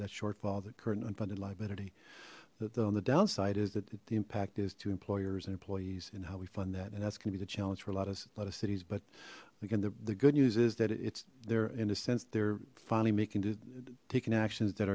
that shortfall the current unfunded liability so on the downside is that the impact is to employers and employees and how we fund that and that's going to be the challenge for a lot of a lot of cities but again the good news is that it's there in a sense they're finally making it taking actions that